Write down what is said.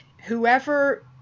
whoever